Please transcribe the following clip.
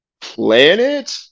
planet